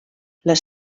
les